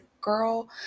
girl